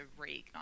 reignite